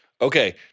okay